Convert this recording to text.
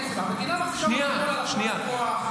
אמרתי --- המדינה מחזיקה מונופול על הפעלת הכוח,